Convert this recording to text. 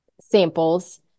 samples